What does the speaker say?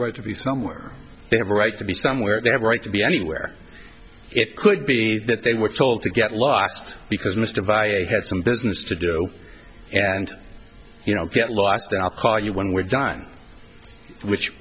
right to be somewhere they have a right to be somewhere they have a right to be anywhere it could be that they were told to get lost because mr via a had some business to do and you know he had lost and i'll call you when we're done which